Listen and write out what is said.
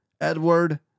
Edward